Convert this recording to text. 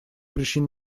причин